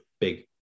big